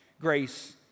Grace